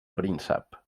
príncep